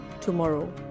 tomorrow